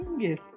Yes